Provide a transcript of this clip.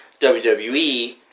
WWE